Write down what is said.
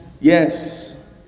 Yes